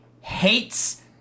hates